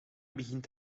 begint